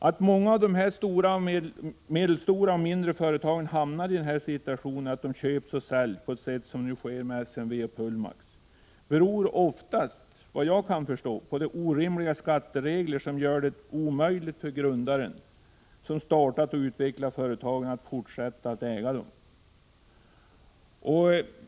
Att många av de medelstora och mindre företagen hamnar i den situationen att de köps och säljs på det sätt som nu sker med SMV och Pullmax beror oftast, vad jag kan förstå, på de orimliga skatteregler som gör det omöjligt för grundaren, som startat och utvecklat företagen, att fortsätta att äga dem.